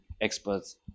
experts